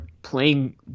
Playing